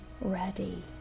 ready